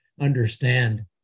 understand